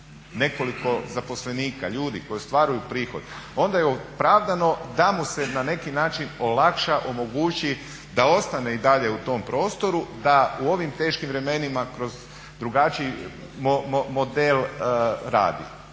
nekoliko zaposlenika, ljudi koji ostvaruju prihod onda je opravdano da mu se na neki način olakša, omogući da ostane i dalje u tom prostoru da u ovim teškim vremenima kroz drugačiji model radi.